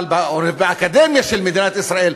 אבל באקדמיה של מדינת ישראל,